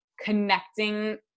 connecting